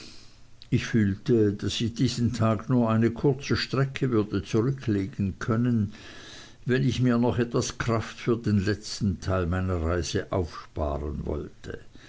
ich fühlte daß ich diesen tag nur eine kurze strecke würde zurücklegen können wenn ich mir noch etwas kraft für den letzten teil meiner reise aufsparen wollte